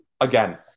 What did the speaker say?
again